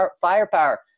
firepower